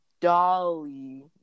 Dolly